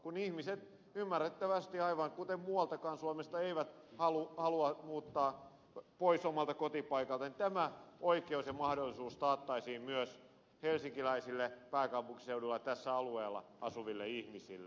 kun ihmiset ymmärrettävästi aivan kuten eivät halua muualtakaan suomesta eivät halua muuttaa pois omalta kotipaikaltaan niin tämä oikeus ja mahdollisuus taattaisiin myös helsinkiläisille pääkaupunkiseudulla tällä alueella asuville ihmisille